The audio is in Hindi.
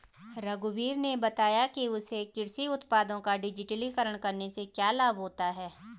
रघुवीर ने बताया कि उसे कृषि उत्पादों का डिजिटलीकरण करने से क्या लाभ होता है